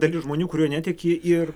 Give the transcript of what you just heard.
dalis žmonių kurie netiki ir